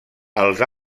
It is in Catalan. els